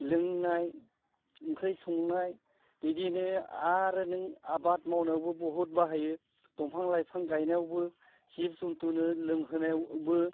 लोंनाय ओंख्रि संनाय बिदिनो आरो नों आबाद मावनायावबो बहुद बाहायो दंफां लाइफां गायनायावबो जिब जन्थुनो लोंहोनायावबो